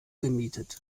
gemietet